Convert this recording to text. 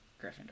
Gryffindor